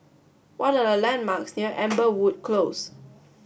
what are the landmarks near Amberwood Close